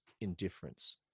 indifference